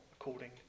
according